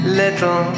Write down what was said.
little